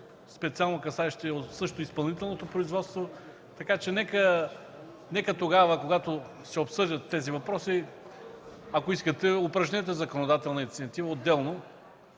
специално касаещи изпълнителното производство, така че нека тогава когато се обсъждат тези въпроси, ако искате, упражнете отделна законодателна инициатива за